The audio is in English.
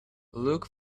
look